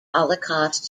holocaust